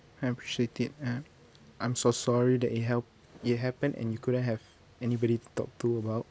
I appreciate it and I'm so sorry that it hap~ it happen and you couldn't have anybody to talk to about